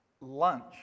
lunch